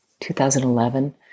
2011